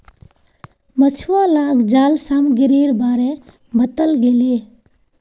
मछुवालाक जाल सामग्रीर बारे बताल गेले